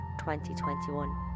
2021